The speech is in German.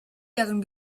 deren